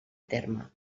terme